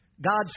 God's